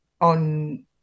on